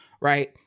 right